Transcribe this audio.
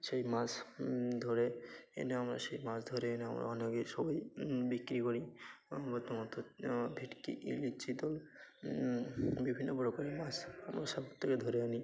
সেই মাছ ধরে এনে আমরা সেই মাছ ধরে এনে আমরা অনেকে সবাই বিক্রি করি আমরা তোমার তো ভেটকি ইলিশ চিতল বিভিন্ন প্রকারের মাছ আমরা সাগর থেকে ধরে আনি